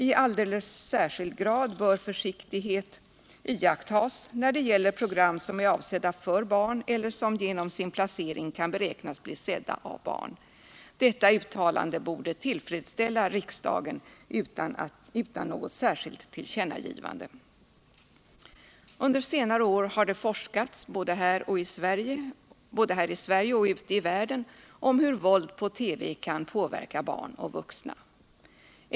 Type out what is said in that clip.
I alldeles särskild grad bör försiktighet iakttas när det gäller program som är avsedda för barn eller som genom sin placering kan beräknas bli sedda av barn.” Detta uttalande borde tillfredsställa riksdagen utan något särskilt tillkännagivande. Under senare år har det forskats både här i Sverige och ute i världen om hur våld på TV kan påverka barn och vuxna.